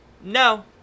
no